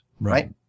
Right